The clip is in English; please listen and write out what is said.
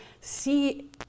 see